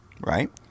Right